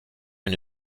une